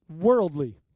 worldly